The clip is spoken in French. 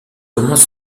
commence